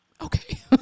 okay